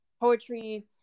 poetry